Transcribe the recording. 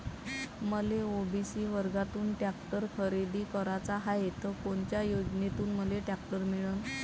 मले ओ.बी.सी वर्गातून टॅक्टर खरेदी कराचा हाये त कोनच्या योजनेतून मले टॅक्टर मिळन?